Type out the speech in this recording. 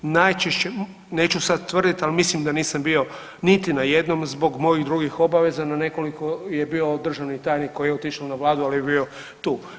Neću sad tvrditi, ali mislim da nisam bio niti na jednom zbog mojih drugih obaveza na nekoliko je bio državni tajnik koji je otišao na Vladu, ali je bio tu.